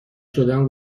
شدن